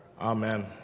Amen